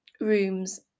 rooms